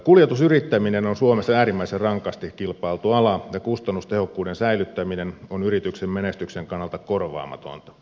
kuljetusyrittäminen on suomessa äärimmäisen rankasti kilpailtu ala ja kustannustehokkuuden säilyttäminen on yrityksen menestyksen kannalta korvaamatonta